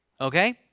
Okay